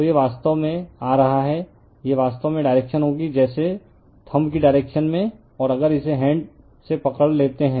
तो यह वास्तव में आ रहा है यह वास्तव में डायरेक्शन होगी जैसे थम्ब कि डायरेक्शन में अगर इसे हैण्ड पकड़ लेता है